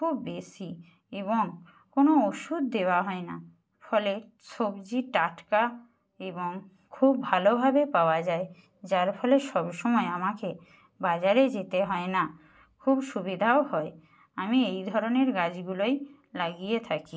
খুব বেশি এবং কোনো ওষুধ দেওয়া হয় না ফলে সবজি টাটকা এবং খুব ভালোভাবে পাওয়া যায় যার ফলে সব সময় আমাকে বাজারে যেতে হয় না খুব সুবিধাও হয় আমি এই ধরনের গাছগুলোই লাগিয়ে থাকি